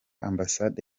ambasade